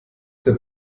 der